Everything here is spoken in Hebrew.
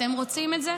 אתם רוצים את זה?